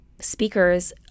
speakers